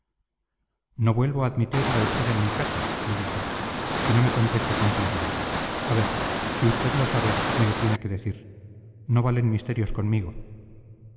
no vuelvo a admitirle a usted en mi casa le dijo si no me contesta con claridad a ver si usted lo sabe me lo tiene que decir no valen misterios conmigo